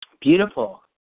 Beautiful